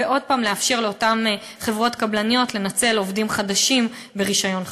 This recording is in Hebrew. או עוד הפעם לאפשר לאותן חברות קבלניות לנצל עובדים חדשים ברישיון חדש.